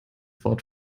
wort